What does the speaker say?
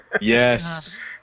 Yes